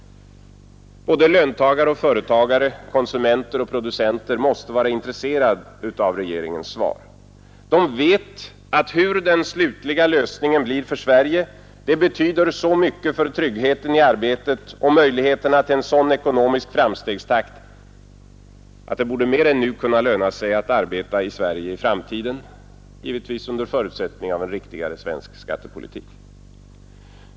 Både löntagare och företagare, konsumenter och producenter måste vara intresserade av regeringens svar. De vet att hur den slutliga lösningen blir för Sverige betyder så mycket för tryggheten i arbetet och möjligheterna till en sådan ekonomisk framstegstakt att det borde mer än nu kunna löna sig att arbeta i Sverige i framtiden, givetvis under förutsättning av en riktigare svensk skattepolitik.